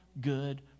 good